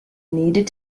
needed